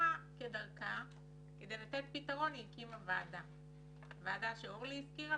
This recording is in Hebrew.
שזה סדר-גודל של 3,000 שקלים לחודש ולפעמים מדובר בשני ילדים בו זמנית.